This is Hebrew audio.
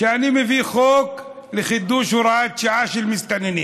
כשאני מביא חוק לחידוש הוראת שעה של מסתננים